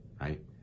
right